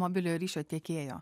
mobiliojo ryšio tiekėjo